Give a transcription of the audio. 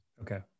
Okay